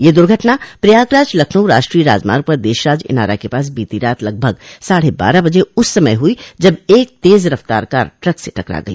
यह दुर्घटना प्रयागराज लखनऊ राष्ट्रीय राजमार्ग पर देशराज इनारा के पास बीती रात लगभग साढ़े बारह बजे उस समय हुई जब एक तेज रफ्तार कार ट्रक से टकरा गई